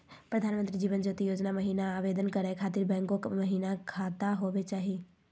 प्रधानमंत्री जीवन ज्योति योजना महिना आवेदन करै खातिर बैंको महिना खाता होवे चाही?